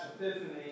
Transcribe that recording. Epiphany